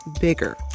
bigger